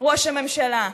ראש הממשלה.